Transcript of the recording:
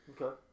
Okay